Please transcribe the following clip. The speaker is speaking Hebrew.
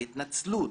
בהתנצלות,